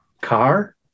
car